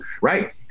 right